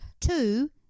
Two